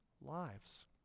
lives